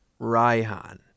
raihan